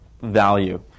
value